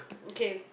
okay